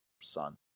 son